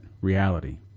reality